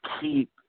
keep